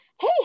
hey